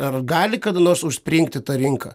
ar gali kada nors užspringti ta rinka